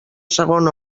segon